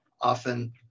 often